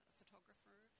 photographer